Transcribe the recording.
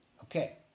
Okay